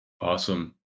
Awesome